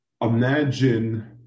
Imagine